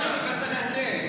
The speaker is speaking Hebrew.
--- בצד הזה.